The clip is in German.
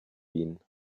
wien